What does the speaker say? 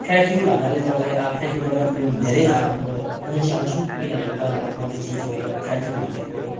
trekking भन्नाले मलाई अँ ट्रेकिङ गर्न धेरै म रुचाउँछु किनभने मलाई मनपर्ने चिज हो यो ट्रेकिङ भन्ने कुरो